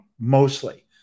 mostly